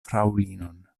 fraŭlinon